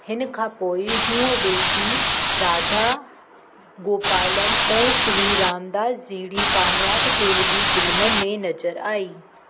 हिन खां पोइ हूअ वेंकी राधा गोपालम ऐं श्री रामदासु जहिड़ी कामियाबु तेलुगू फिल्मुनि में नज़रु आई